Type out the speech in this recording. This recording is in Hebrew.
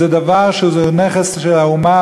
זה דבר שהוא נכס של האומה,